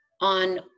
on